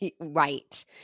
Right